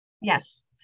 Yes